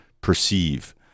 perceive